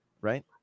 right